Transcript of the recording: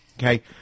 Okay